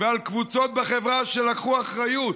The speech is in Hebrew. ועל קבוצות בחברה שלקחו אחריות.